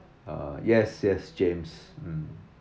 uh yes yes james